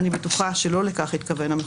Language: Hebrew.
אני בטוחה שלא לכך התכוון המחוקק.